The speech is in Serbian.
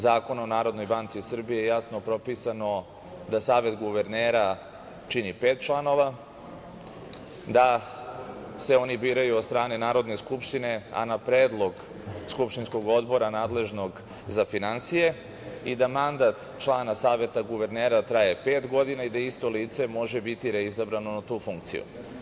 Zakona o NBS jasno propisano da Savet guvernera čini pet članova, da se oni biraju od strane Narodne skupštine, a na predlog skupštinskog odbora nadležnog za finansije i da mandat člana Saveta guvernera traje pet godina i da isto lice može biti reizabrano na tu funkciju.